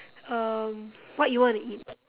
um what you wanna eat